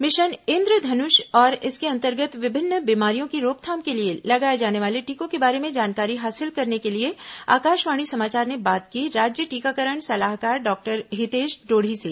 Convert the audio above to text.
mission Indradhanush और इसके अंतर्गत विभिन्न बीमारियों की रोकथाम के लिए लगाए जाने वाले टीकों के बारे में जानकारी हासिल करने के लिए आकाशावाणी समाचार ने बात की राज्य टीकाकरण सलाहकार डॉक्टर हितेश ढोड़ी से